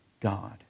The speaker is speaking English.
God